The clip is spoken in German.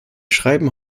schreiben